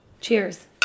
Cheers